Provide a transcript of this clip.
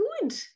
good